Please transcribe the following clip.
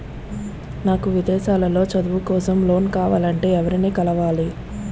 నాకు విదేశాలలో చదువు కోసం లోన్ కావాలంటే ఎవరిని కలవాలి?